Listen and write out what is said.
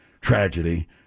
tragedy